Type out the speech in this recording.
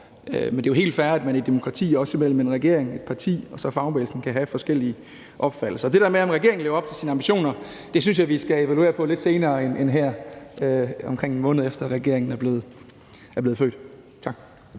Men det er jo helt fair, at man i et demokrati, også imellem en regering, et parti og så fagbevægelsen, kan have forskellige opfattelser. Det der med, om regeringen lever op til sine ambitioner, synes jeg vi skal evaluere på lidt senere end her, omkring en måned efter at regeringen er blevet født. Tak.